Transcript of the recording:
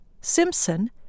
Simpson